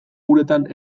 uretan